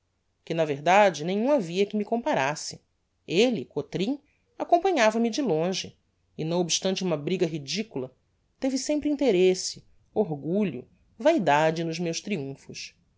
que na verdade nenhum havia que se me comparasse elle cotrim acompanhava me de longe e não obstante uma briga ridicula teve sempre interesse orgulho vaidade nos meus triumphos